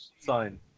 sign